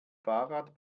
fahrrad